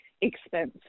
expense